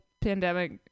pandemic